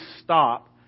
stop